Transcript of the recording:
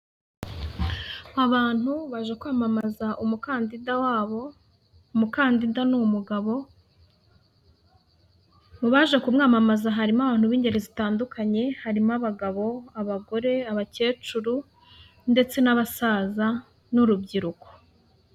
Abantu baje kwamamaza umukandida wabo, umukandida ni umugabo, mu baje kumwamamaza harimo abantu b'ingeri zitandukanye, harimo abagabo, abagore, abakecuru ndetse n'abasaza n'urubyiruko.